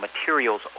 materials